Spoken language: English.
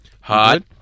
Hard